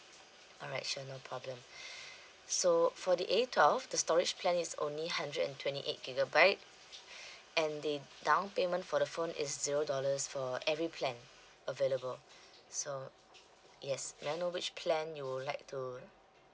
alright sure no problem so for the A twelve the storage plan is only hundred and twenty eight gigabyte and the down payment for the phone is zero dollars for every plan available so yes may I know which plan you would like to